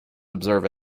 observe